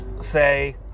say